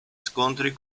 scontri